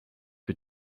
que